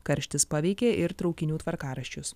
karštis paveikė ir traukinių tvarkaraščius